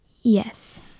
Yes